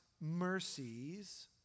mercies